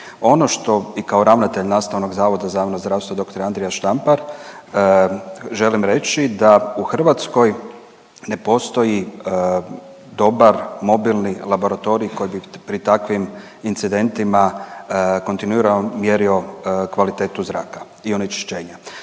Ono što i kao ravnatelje Nastavnog zavoda za javno zdravstvo Dr. Andrija Štampar želim reći da u Hrvatskoj ne postoji dobar mobilni laboratorij koji bi pri takvim incidentima kontinuirano mjerio kvalitetu zraka i onečišćenja.